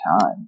time